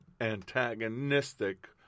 antagonistic